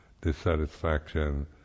dissatisfaction